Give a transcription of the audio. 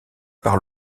par